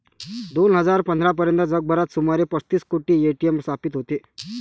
दोन हजार पंधरा पर्यंत जगभरात सुमारे पस्तीस कोटी ए.टी.एम स्थापित होते